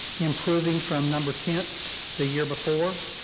improving from number tenth the year before.